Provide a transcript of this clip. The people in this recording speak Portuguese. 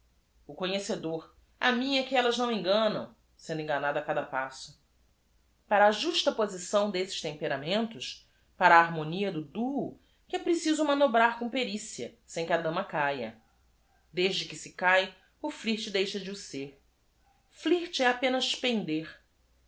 conhecedor a mim é que ellas não enganam sendo enganado a cada passo ara a j u s t a posição desses temperamentos para a harmonia do duo que é preciso manobrar com pericia sem que a dama caia esde que se càe o flirt deixa de o ser l i r t é apenas pender